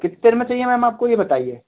कितनी देर में चाहिए मैम आपको ये बताइए